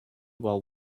while